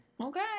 Okay